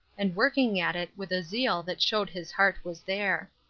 and working at it with a zeal that showed his heart was there.